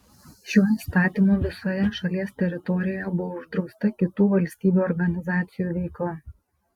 šiuo įstatymu visoje šalies teritorijoje buvo uždrausta kitų valstybių organizacijų veikla